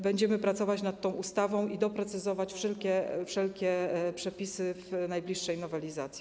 Będziemy pracować nad tą ustawą i doprecyzowywać wszelkie przepisy w najbliższej nowelizacji.